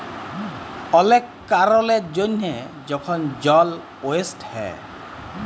অলেক কারলের জ্যনহে যখল জল ওয়েস্ট হ্যয়